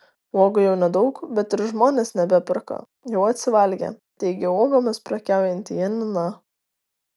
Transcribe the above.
uogų jau nedaug bet ir žmonės nebeperka jau atsivalgė teigė uogomis prekiaujanti janina